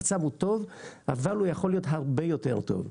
המצב הוא טוב אבל הוא יכול להיות הרבה יותר טוב.